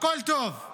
הכול טוב.